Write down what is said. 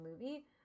movie